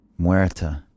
Muerta